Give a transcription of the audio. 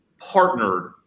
partnered